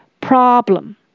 Problem